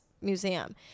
museum